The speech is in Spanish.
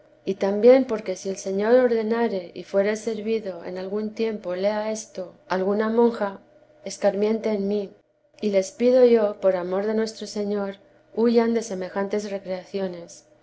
y también porque si el señor ordenare y fuere servido en algún tiempo lea esto vida de i a santa madre alguna monja escarmiente en mí y les pido yo por amor de nuestro señor huyan de semejantes recreaciones